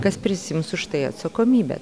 kas prisiims už tai atsakomybę